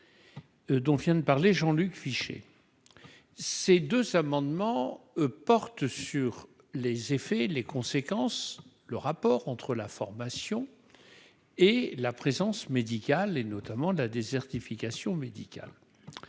dont vient de parler Jean Luc Fichet ces deux amendements portent sur les effets et les conséquences, le rapport entre la formation et la présence médicale et notamment la désertification médicale